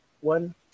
one